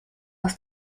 aus